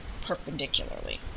perpendicularly